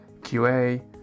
QA